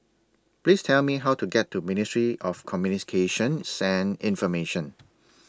Please Tell Me How to get to Ministry of Communications and Information